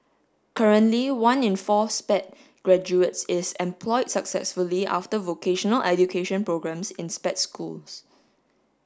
currently one in four Sped graduates is employed successfully after vocational education programmes in Sped schools